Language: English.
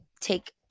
take